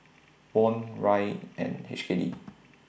Won Riel and H K D